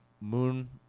moon